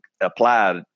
applied